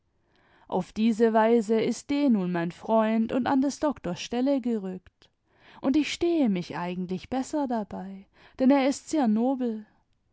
auf diese weise ist d nun mein freund und an des doktors stelle gerückt und ich stehe mich eigentlich besser dabei denn er ist sehr nobel